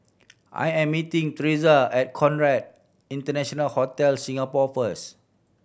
I am meeting Theresa at Conrad International Hotel Singapore first